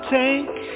take